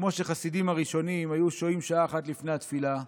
כמו שהחסידים הראשונים היו שוהים שעה אחת לפני התפילה,